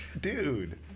dude